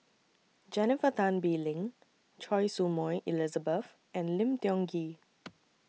Jennifer Tan Bee Leng Choy Su Moi Elizabeth and Lim Tiong Ghee